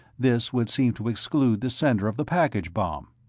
this would seem to exclude the sender of the package bomb.